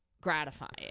gratifying